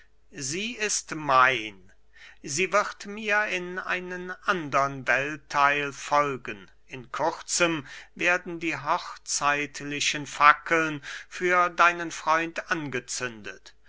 sie ist mein sie wird mir in einen andern welttheil folgen in kurzem werden die hochzeitlichen fackeln für deinen freund angezündet